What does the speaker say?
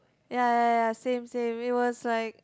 ya ya ya same same it was like